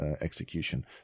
execution